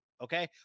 okay